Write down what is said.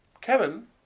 Kevin